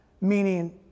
meaning